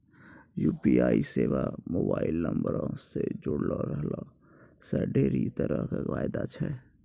UPI सेबा mobile नंबरो से जुड़लो रहला से ढेरी तरहो के फायदा छै